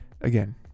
again